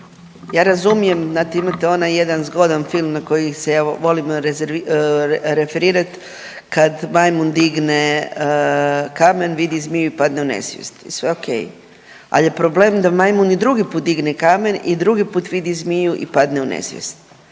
ja razumije, znate, imate onaj jedan zgodan film na koji se ja volim referirati kad majmun digne kamen, vidi zmiju i padne u nesvijest. I sve je okej, ali je problem da majmun i drugi put digne kamen i drugi put vidi zmiju i padne u nesvijest.